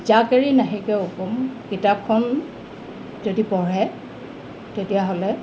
কিতাপখন যদি পঢ়ে তেতিয়াহ'লে